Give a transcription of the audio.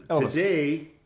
today